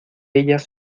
ellas